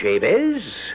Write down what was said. Jabez